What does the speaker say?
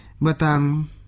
Batang